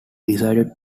decided